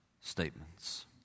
statements